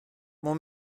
mon